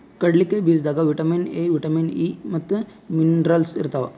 ಕಡ್ಲಿಕಾಯಿ ಬೀಜದಾಗ್ vitamin A, vitamin E ಮತ್ತ್ ಮಿನರಲ್ಸ್ ಇರ್ತವ್